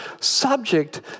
subject